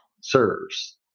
serves